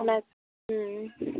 ᱦᱟᱱᱮᱠ ᱦᱩᱸᱢ